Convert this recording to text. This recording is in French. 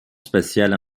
spatiale